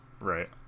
Right